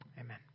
Amen